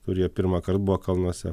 kurie pirmąkart buvo kalnuose